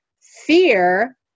fear